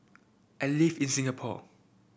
I live in Singapore